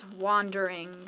wandering